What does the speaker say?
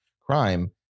crime